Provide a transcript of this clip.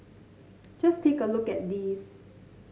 just take a look at these